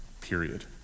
period